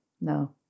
No